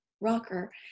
rocker